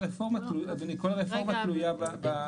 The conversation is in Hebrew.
אדוני, כל הרפורמה תלויה באימוץ.